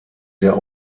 der